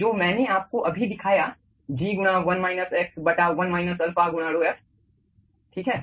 जो मैंने आपको अभी दिखाया G गुणा 1 माइनस एक्स बटा 1 माइनस अल्फा गुणा rhof ठीक है